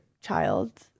child